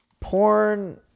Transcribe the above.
porn